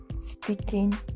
speaking